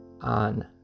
on